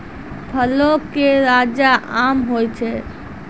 फलो के राजा आम होय छै